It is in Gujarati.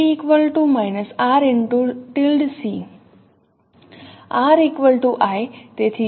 R I